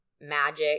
magic